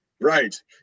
right